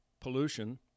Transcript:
pollution